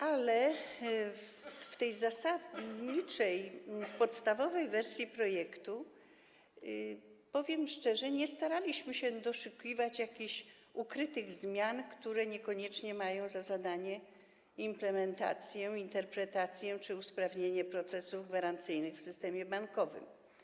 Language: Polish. Ale w tej zasadniczej, podstawowej wersji projektu, powiem szczerze, nie staraliśmy się doszukiwać jakichś ukrytych zmian, które niekoniecznie mają za zadanie implementację, interpretację czy usprawnienie procesów gwarancyjnych w systemie bankowym.